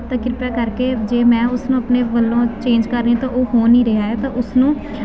ਤਾਂ ਕਿਰਪਾ ਕਰਕੇ ਜੇ ਮੈਂ ਉਸਨੂੰ ਆਪਣੇ ਵੱਲੋਂ ਚੇਂਜ ਕਰ ਰਹੀ ਤਾਂ ਉਹ ਹੋ ਨਹੀਂ ਰਿਹਾ ਤਾਂ ਉਸਨੂੰ